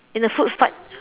in the food fight